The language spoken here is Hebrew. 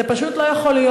זה פשוט לא יכול להיות.